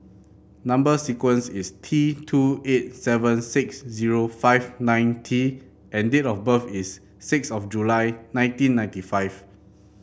number sequence is T two eight seven six zero five nine T and date of birth is six of July nineteen ninety five